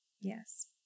Yes